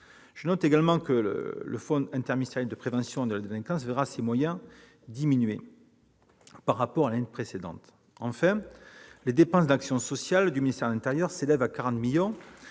Je note également que le fonds interministériel de prévention de la délinquance verra ses moyens diminuer par rapport à l'année précédente. Enfin, les dépenses d'action sociale du ministère de l'intérieur s'élèvent à 40 millions